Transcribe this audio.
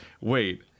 wait